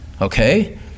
okay